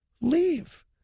leave